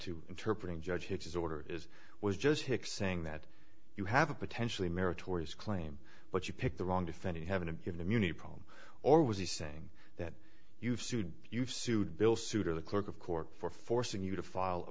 to interpret judge hitches order is was just hicks saying that you have a potentially meritorious claim but you picked the wrong defendant haven't given immunity problem or was he saying that you've sued you've sued bill souter the clerk of court for forcing you to file a